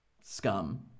scum